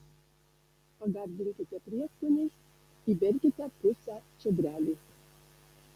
pagardinkite prieskoniais įberkite pusę čiobrelių